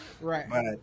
Right